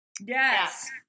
Yes